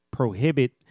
prohibit